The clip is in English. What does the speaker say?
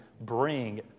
bring